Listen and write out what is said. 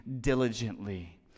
diligently